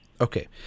okay